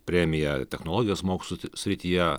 premija technologijos mokslų srityje